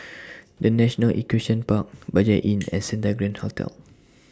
The National Equestrian Park Budget Inn and Santa Grand Hotel